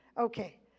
Okay